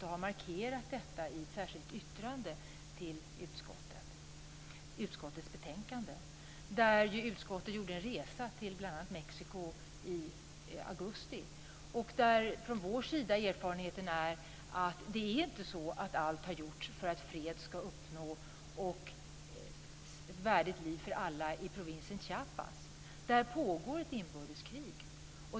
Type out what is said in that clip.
Vi har markerat det i ett särskilt yttrande till utskottets betänkande. Utskottet gjorde en resa till bl.a. Mexiko i augusti. Vår erfarenhet är att allt inte har gjorts för att fred och ett värdigt liv för alla ska uppnås i provinsen Chiapas. Där pågår ett inbördeskrig.